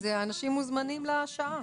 ננעלה בשעה